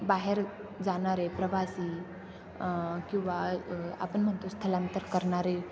बाहेर जाणारे प्रवासी किंवा आपण म्हणतो स्थलांतर करणारे